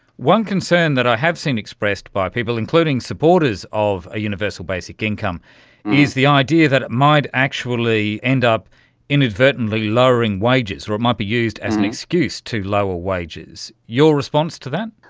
one concern that i have seen expressed by people, including supporters of a universal basic income is the idea that it might actually end up inadvertently lowering wages, or it might be used as an excuse to lower wages. your response to that?